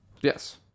Yes